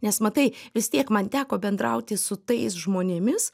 nes matai vis tiek man teko bendrauti su tais žmonėmis